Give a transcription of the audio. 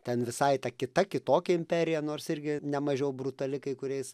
ten visai ta kita kitokia imperija nors irgi ne mažiau brutali kai kuriais